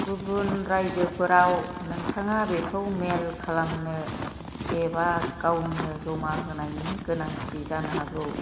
गुबुन रायजोफोराव नोंथाङा बेखौ मेइल खालामनो एबा गावनो जमा होनायनि गोनांथि जानो हागौ